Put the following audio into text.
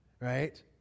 right